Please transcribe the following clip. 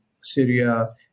Syria